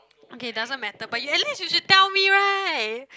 okay doesn't matter but you at least you should tell me right